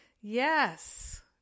yes